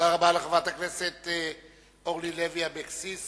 תודה רבה לחברת הכנסת אורלי לוי אבקסיס.